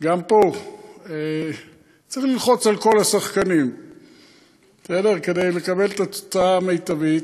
שגם פה צריך ללחוץ על כל השחקנים כדי לקבל את התוצאה המיטבית.